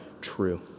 true